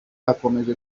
akomeje